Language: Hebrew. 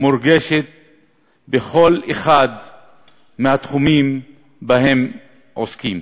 מורגשות בכל אחד מהתחומים שבהם הם עוסקים.